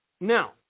Now